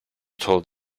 told